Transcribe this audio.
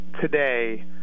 today